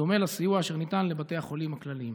בדומה לסיוע אשר ניתן לבתי החולים הכלליים?